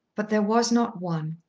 but there was not one.